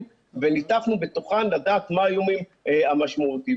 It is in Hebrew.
וניתחנו בתוכן לדעת מה האיומים המשמעותיים.